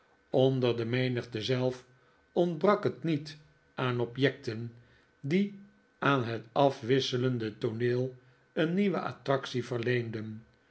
ondet de menigte zelf ontbrak het niet aan objecten die aan het afwisselende tooneel een nieuwe attractie verleenden